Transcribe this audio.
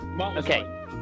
okay